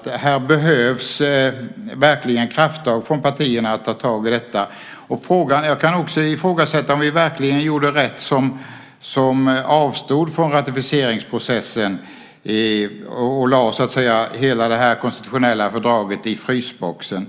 verkligen behövs krafttag från partierna för att ta tag i detta. Jag kan ifrågasätta om vi verkligen gjorde rätt som avstod från ratificeringsprocessen och lade hela det konstitutionella fördraget i frysboxen.